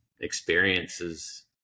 experiences